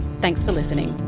thanks for listening